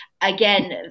again